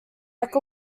like